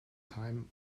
time